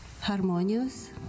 harmonious